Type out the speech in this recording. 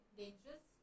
dangerous